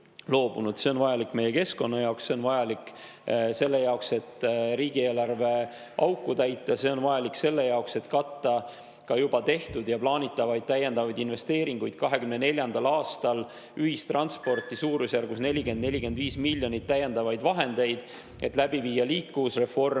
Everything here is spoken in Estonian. See on vajalik meie keskkonna jaoks, on vajalik selle jaoks, et riigieelarve auku täita, see on vajalik selle jaoks, et katta ka juba tehtud ja plaanitavaid täiendavaid investeeringuid 2024. aastal ühistransporti. On vaja suurusjärgus 40–45 miljonit täiendavaid vahendeid, et läbi viia liikuvusreform.